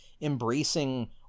embracing